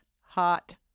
hot